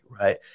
right